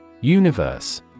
Universe